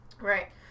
Right